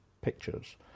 pictures